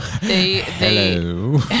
hello